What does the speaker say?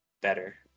better